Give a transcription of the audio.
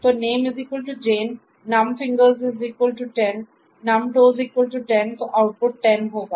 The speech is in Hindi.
तो name"Jane" num fingers10 num toes10 तो आउटपुट 10 होगा